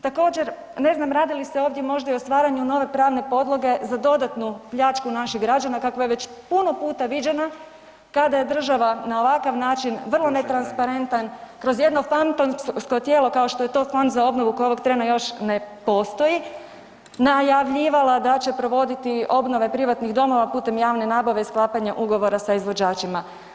Također, ne znam radi li se ovdje i o stvaranju nove pravne podloge za dodatnu pljačku naših građana kakva je već puno puta viđena kada je država na ovakav način, vrlo netransparentan, kroz jedno fantomsko tijelo, kao što je to Fond za obnovu koji ovog trena još ne postoji, najavljivala da će provoditi obnove privatnih domova putem javne nabave i sklapanja ugovora sa izvođačima.